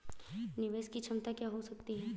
निवेश की क्षमता क्या हो सकती है?